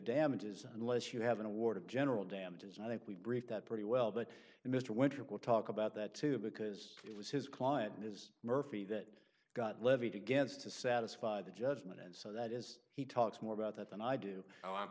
damages unless you have an award of general damages i think we brief that pretty well but mr winter will talk about that too because it was his client ms murphy that got levied against to satisfy the judgment and so that is he talks more about that than i do oh